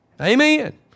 amen